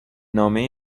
نامه